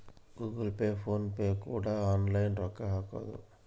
Google Pay PhonePe ಕೂಡ online ರೊಕ್ಕ ಹಕೊದೆ